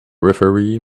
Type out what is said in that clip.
referee